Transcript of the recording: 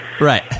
Right